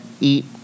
eat